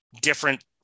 different